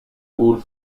houle